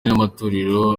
n’amatorero